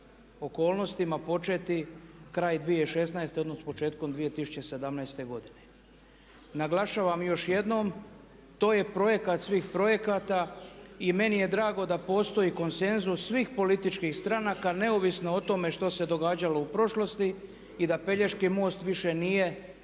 okolnostima početi kraj 2016. odnosno početkom 2017. godine. Naglašavam još jednom, to je projekat svih projekata i meni je drago da postoji konsenzus svih političkih stranaka neovisno o tome što se događalo u prošlosti i da Pelješki most više nije